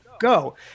go